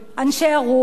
אנשי הרוח,